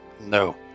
No